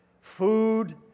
food